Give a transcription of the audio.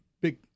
big